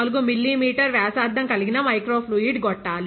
14 millimetre వ్యాసార్థం కలిగిన micro fluid గొట్టాలు